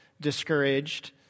discouraged